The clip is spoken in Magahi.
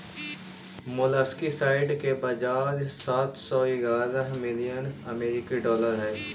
मोलस्कीसाइड के बाजार सात सौ ग्यारह मिलियन अमेरिकी डॉलर हई